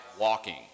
walking